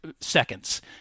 Seconds